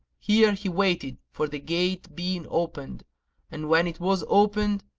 here he waited for the gate being opened and when it was opened,